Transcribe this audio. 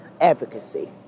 advocacy